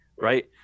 right